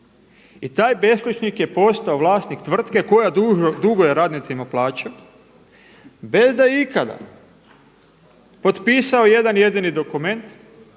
i taj beskućnik je postao vlasnik tvrtke koja duguje radnicima plaće bez da je ikada potpisao jedan jedini dokument,